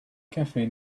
cafe